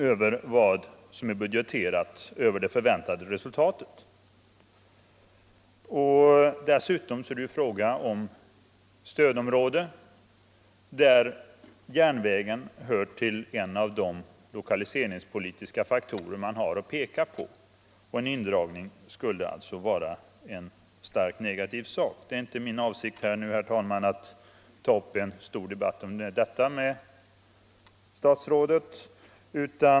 Dessutom är det här fråga om ett stödområde, där järnvägen hör till de lokaliseringspolitiska faktorer som man kan peka på. En indragning skulle alltså få starkt negativa konsekvenser. Det är inte min mening att med statsrådet ta upp en stor debatt om detta.